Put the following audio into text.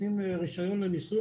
נותנים רישיון לניסוי,